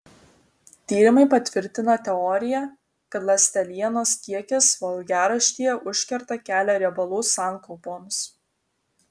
tyrimai patvirtina teoriją kad ląstelienos kiekis valgiaraštyje užkerta kelią riebalų sankaupoms